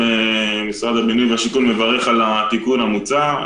משרד הבינוי והשיכון מברך על התיקון המוצע,